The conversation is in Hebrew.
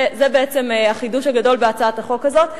זה בעצם החידוש הגדול בהצעת החוק הזאת,